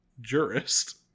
jurist